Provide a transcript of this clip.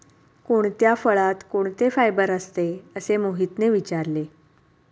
कोणत्या फळात कोणते फायबर असते? असे मोहितने विचारले